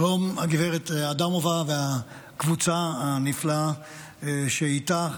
שלום, גב' אדמובה והקבוצה הנפלאה שאיתה.